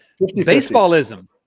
Baseballism